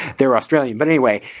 they're australian but anyway.